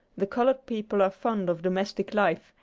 the colored people are fond of domestic life,